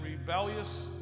rebellious